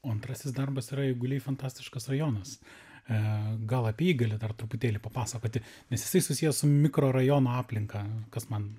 o antrasis darbas yra eiguliai fantastiškas rajonas truputėlį papasakoti nes jisai susijęs su mikrorajono aplinką kas man